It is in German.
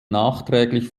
nachträglich